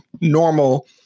normal